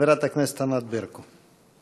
חברת הכנסת ענת ברקו.